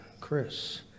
Chris